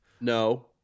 No